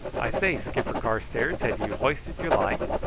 i say, skipper carstairs, have you hoisted your light?